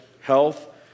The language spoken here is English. health